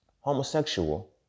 homosexual